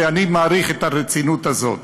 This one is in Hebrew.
ואני מעריך את הרצינות הזאת.